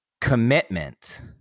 commitment